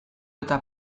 eta